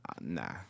nah